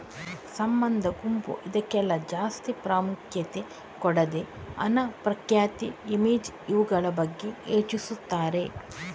ಸಂಬಂಧ, ಗುಂಪು ಇದ್ಕೆಲ್ಲ ಜಾಸ್ತಿ ಪ್ರಾಮುಖ್ಯತೆ ಕೊಡದೆ ಹಣ, ಪ್ರಖ್ಯಾತಿ, ಇಮೇಜ್ ಇವುಗಳ ಬಗ್ಗೆ ಯೋಚಿಸ್ತಾರೆ